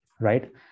right